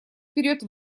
вперед